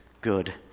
good